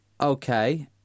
Okay